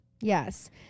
Yes